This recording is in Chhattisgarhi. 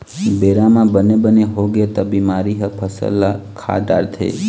बेरा म बने बने होगे त बिमारी ह फसल ल खा डारथे